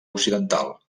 occidental